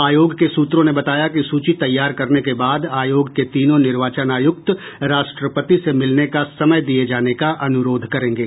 आयोग के सूत्रों ने बताया कि सूची तैयार करने के बाद आयोग के तीनों निर्वाचन आयुक्त राष्ट्रपति से मिलने का समय दिए जाने का अनुरोध करेंगे